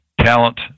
talent